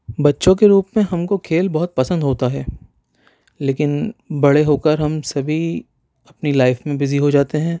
بچوں کے روپ میں ہم کو کھیل بہت پسند ہوتا ہے لیکن بڑے ہو کر ہم سبھی اپنی لائف میں بزی ہو جاتے ہیں